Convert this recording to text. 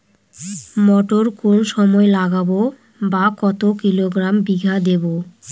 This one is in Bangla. মটর কোন সময় লাগাবো বা কতো কিলোগ্রাম বিঘা দেবো?